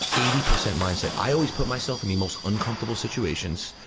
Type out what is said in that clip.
eighty percent mindset. i always put myself in the most uncomfortable situations,